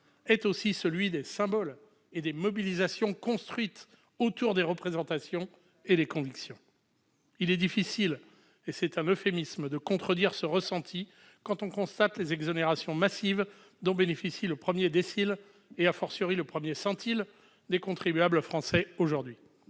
est aussi celui des symboles et des mobilisations construites autour des représentations et des convictions. Il est difficile- c'est un euphémisme -de contredire ce ressenti quand on constate les exonérations massives dont bénéficie aujourd'hui le premier décile- et le premier centile -des contribuables français. Le groupe